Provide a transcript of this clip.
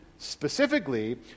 specifically